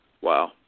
Wow